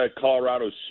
Colorado's